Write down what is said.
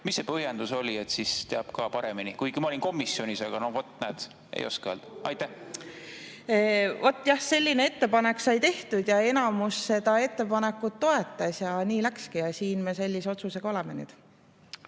Mis see põhjendus oli? Siis teab ka paremini. Kuigi ma olin ka komisjonis, aga no vot, näed, ei oska öelda. Vot jah, selline ettepanek sai tehtud ja enamus seda ettepanekut toetas. Nii läkski ja siin me sellise otsusega nüüd